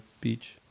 Beach